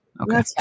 Okay